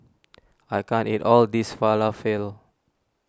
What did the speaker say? I can't eat all this Falafel